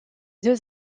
deux